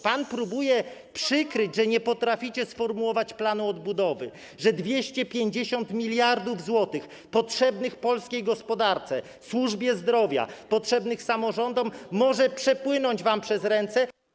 Pan próbuje przykryć to, że nie potraficie sformułować planu odbudowy, że 250 mld zł potrzebnych polskiej gospodarce, służbie zdrowia, potrzebnych samorządom może przepłynąć wam przez ręce.